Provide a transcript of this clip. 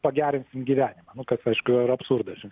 pagerinsim gyvenimą nu kas aišku yra absurdas